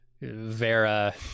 Vera